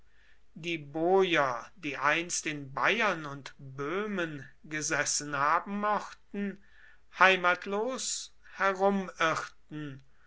die boier die einst in bayern und böhmen gesessen haben mochten heimatlos